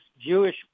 Jewish